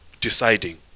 deciding